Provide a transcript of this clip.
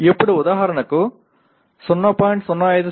ఇప్పుడు ఉదాహరణకు 0